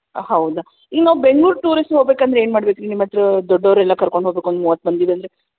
ಹೌದಾ ಇನ್ನು ಬೆಂಗ್ಳೂರು ಟೂರಿಸ್ಟ್ ಹೋಗಬೇಕಂದ್ರೆ ಏನು ಮಾಡಬೇಕ್ರಿ ನಿಮ್ಮ ಹತ್ತಿರ ದೊಡ್ಡೋರೆಲ್ಲ ಕರ್ಕೊಂಡು ಹೋಗಬೇಕು ಒಂದು ಮೂವತ್ತು ಮಂದಿಗೆ ಅಂದರೆ